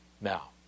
Now